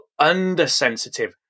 undersensitive